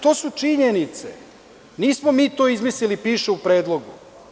To su činjenice, nismo mi to izmislili, piše u predlogu.